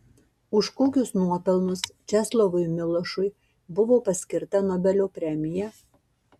už kokius nuopelnus česlovui milošui buvo paskirta nobelio premija